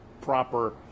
proper